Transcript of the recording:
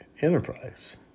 enterprise